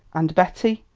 and, betty,